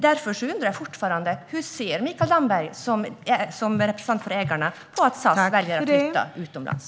Därför undrar jag fortfarande: Hur ser Mikael Damberg, som representant för ägarna, på att SAS väljer att flytta delar av sin verksamhet utomlands?